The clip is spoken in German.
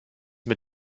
mit